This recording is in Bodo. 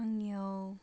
आंनियाव